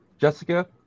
Jessica